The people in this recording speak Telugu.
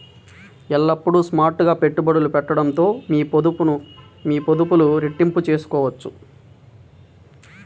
ఎల్లప్పుడూ స్మార్ట్ గా పెట్టుబడి పెట్టడంతో మీ పొదుపులు రెట్టింపు చేసుకోవచ్చు